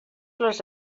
les